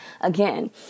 Again